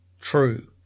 true